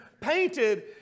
painted